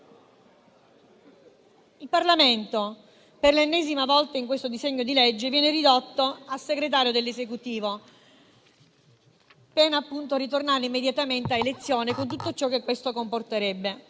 Il Parlamento, per l'ennesima volta in questo disegno di legge, viene ridotto a segretario dell'Esecutivo, pena il ritornare immediatamente ad elezioni, con tutto ciò che questo comporterebbe.